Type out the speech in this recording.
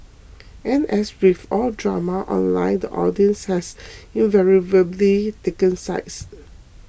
and as with all drama online the audience has invariably taken sides